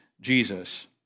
Jesus